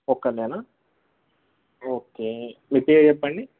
ఒక్కళ్ళేనా okay మీ పేరు చెప్పండి